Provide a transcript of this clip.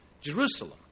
Jerusalem